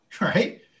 Right